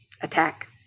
Attack